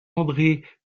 andré